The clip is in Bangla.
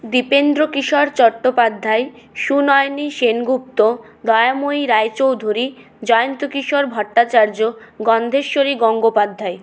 দিপেন্দ্রকিশোর চট্টোপাধ্যায় সুনয়নী সেনগুপ্ত দয়াময়ী রায়চৌধুরী জয়ন্তকিশোর ভট্টাচার্য গন্ধেশ্বরী গঙ্গোপাধ্যায়